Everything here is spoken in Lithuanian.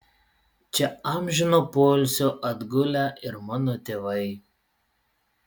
čia amžino poilsio atgulę ir mano tėvai